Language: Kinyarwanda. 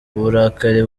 uburakari